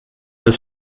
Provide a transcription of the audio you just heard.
des